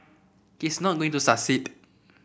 he is not going to succeed